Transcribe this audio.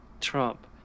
Trump